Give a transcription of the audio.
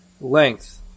length